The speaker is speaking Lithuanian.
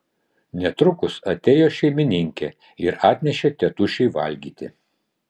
netrukus atėjo šeimininkė ir atnešė tėtušiui valgyti